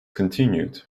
continued